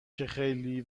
خیلی